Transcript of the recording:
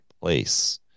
place